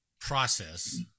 process